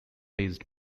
edged